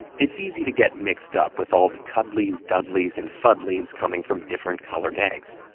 it's easy to get mixed up with all the cuddlies, duddlies, and fuddlies coming from different colored eggs.